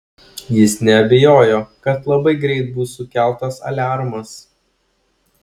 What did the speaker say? jis neabejojo kad labai greit bus sukeltas aliarmas